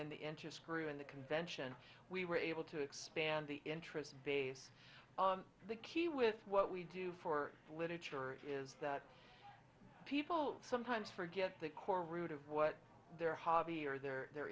and the enter screw in the convention we were able to expand the interest base the key with what we do for literature is that people sometimes forget the core root of what their hobby or they're the